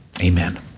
amen